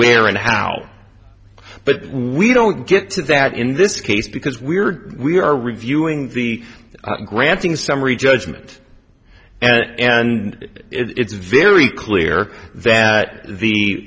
where and how but we don't get to that in this case because we are we are reviewing the granting summary judgment and it's very clear that the